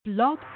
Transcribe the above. Blog